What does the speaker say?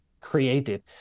created